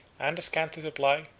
and a scanty supply,